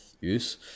use